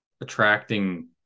attracting